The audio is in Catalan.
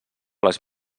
les